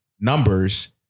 numbers